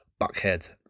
Buckhead